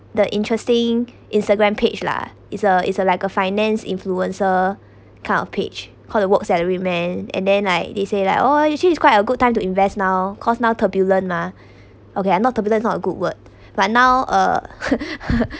the interesting Instagram page lah is a is a like a finance influencer kind of page called the work salary man and then like they say like oh it's actually quite a good time to invest now cause now turbulent mah okay uh not turbulence not a good word but now uh